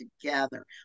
together